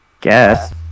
Guess